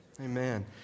Amen